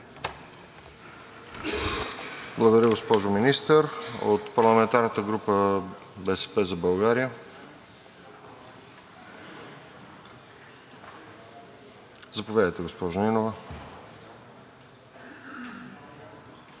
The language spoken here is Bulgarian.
Благодаря, госпожо Министър. От парламентарната група на „БСП за България“? Заповядайте, госпожо Нинова.